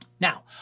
Now